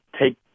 take